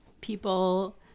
people